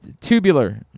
Tubular